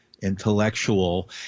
intellectual